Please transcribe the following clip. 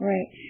Right